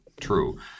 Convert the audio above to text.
true